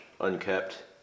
unkept